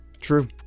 True